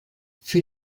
für